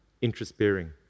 interest-bearing